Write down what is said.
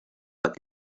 like